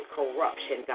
corruption